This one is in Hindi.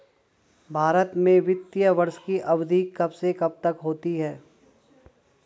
भारत में वित्तीय वर्ष की अवधि कब से कब तक होती है?